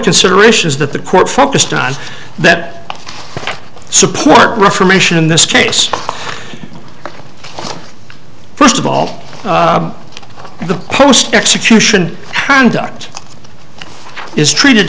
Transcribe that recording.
considerations that the court focused on that support reformation in this case first of all the post execution hound is treated